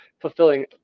fulfilling